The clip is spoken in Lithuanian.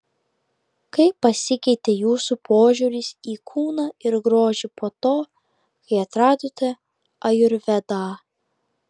kaip pasikeitė jūsų požiūris į kūną ir grožį po to kai atradote ajurvedą